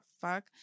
fuck